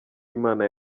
imana